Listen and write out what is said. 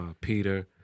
Peter